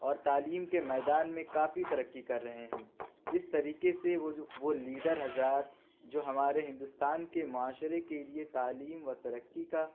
اور تعلیم کے میدان میں کافی ترقی کر رہے ہیں اس طریقے سے وہ جو وہ لیڈر حضرات جو ہمارے ہندوستان کے معاشرے کے لیے تعلیم و ترقی کا